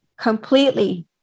completely